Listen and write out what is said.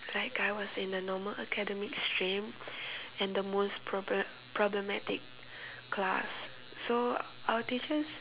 like I was in the Normal Academic stream and the most proble~ problematic class so our teachers